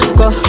go